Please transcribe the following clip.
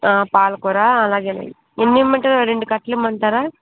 పాలకురా అలాగేనండి ఎన్నిమంటారు ఓ రెండు కట్టలు ఇమ్మంటారా